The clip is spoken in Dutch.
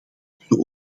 kunnen